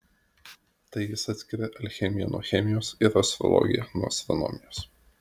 tai jis atskiria alchemiją nuo chemijos ir astrologiją nuo astronomijos